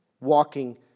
walking